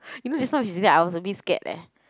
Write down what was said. you know I was a bit scared eh